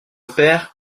père